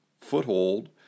foothold